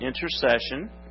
intercession